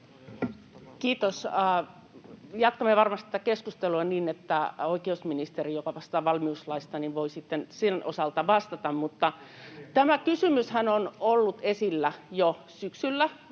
Kiitos! Jatkamme varmasti tätä keskustelua niin, että oikeusministeri, joka vastaa valmiuslaista, voi sitten sen osalta vastata. Tämä kysymyshän on ollut esillä jo syksyllä.